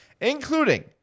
including